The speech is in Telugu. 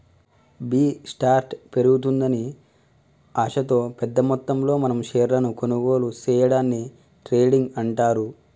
బి స్టార్ట్ పెరుగుతుందని ఆశతో పెద్ద మొత్తంలో మనం షేర్లను కొనుగోలు సేయడాన్ని ట్రేడింగ్ అంటారు